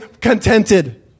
contented